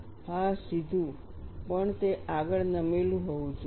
હા સીધું પણ તે આગળ નમેલું હોવું જોઈએ